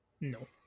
No